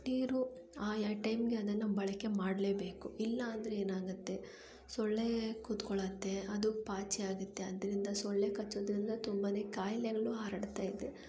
ನೀರು ಆಯಾ ಟೈಮ್ಗೆ ಅದನ್ನು ಬಳಕೆ ಮಾಡಲೇಬೇಕು ಇಲ್ಲಾಂದರೆ ಏನಾಗತ್ತೆ ಸೊಳ್ಳೆ ಕುತ್ಕೊಳತ್ತೆ ಅದು ಪಾಚಿ ಆಗತ್ತೆ ಅದರಿಂದ ಸೊಳ್ಳೆ ಕಚ್ಚೋದ್ರಿಂದ ತುಂಬಾ ಕಾಯಿಲೆಗಳು ಹರಡ್ತಾ ಇದೆ